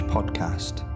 Podcast